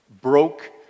broke